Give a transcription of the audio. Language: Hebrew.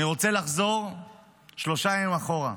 אני רוצה לחזור שלושה ימים אחורה.